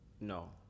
No